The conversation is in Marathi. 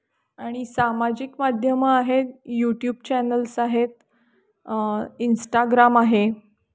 आणि सामाजिक माध्यमं आहेत यूट्यूब चॅनल्स आहेत इंस्टाग्राम आहे